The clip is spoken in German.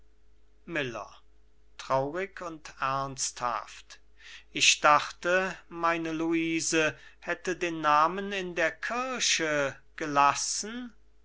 ernsthaft ich dachte meine luise hätte den namen in der kirche gelassen